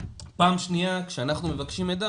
פעם שניה כשאנחנו מבקשים מידע,